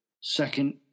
second